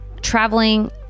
traveling